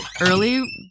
early